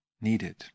needed